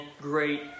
great